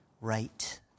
right